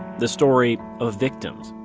the story of victims.